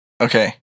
Okay